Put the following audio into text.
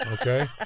Okay